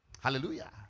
Hallelujah